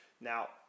Now